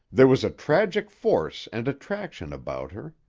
there was a tragic force and attraction about her.